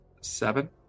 Seven